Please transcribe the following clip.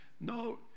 No